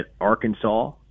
Arkansas